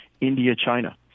India-China